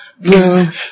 bloom